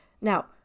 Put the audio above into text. Now